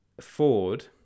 Ford